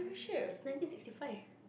it's nineteen sixty five